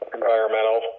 environmental